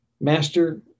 Master